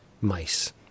mice